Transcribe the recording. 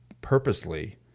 purposely